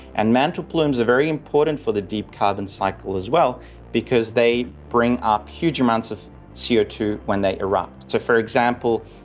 and mantle plumes are very important for the deep carbon cycle as well because they bring up huge amounts of c o two when they erupt. so, for example,